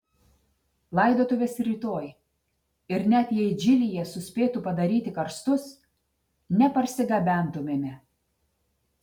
laidotuvės rytoj ir net jei džilyje suspėtų padaryti karstus neparsigabentumėme